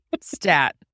stat